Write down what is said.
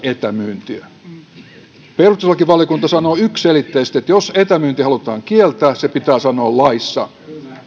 etämyyntiä perustuslakivaliokunta sanoo yksiselitteisesti että jos etämyynti halutaan kieltää se pitää sanoa laissa